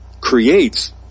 creates